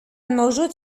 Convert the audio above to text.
موجود